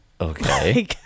Okay